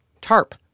TARP